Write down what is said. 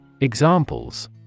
Examples